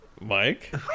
Mike